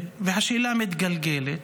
והשאלה מתגלגלת.